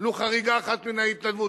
מן ההתנדבות.